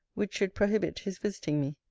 which should prohibit his visiting me.